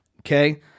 Okay